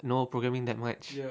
know programming that much